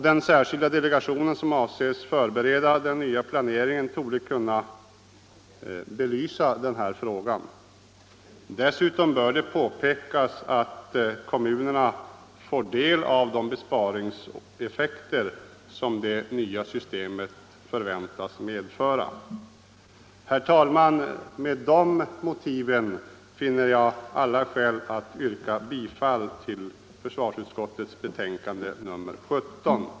Den särskilda delegationen som avses förbereda den nya planeringen torde kunna belysa denna fråga. Dessutom bör det påpekas att kommunerna får del av de besparingseffekter som det nya systemet innebär. Herr talman! Med dessa motiv finner jag alla skäl att yrka bifall till vad utskottet hemställt i sitt betänkande nr 17.